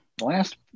last